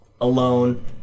alone